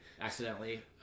accidentally